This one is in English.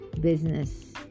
business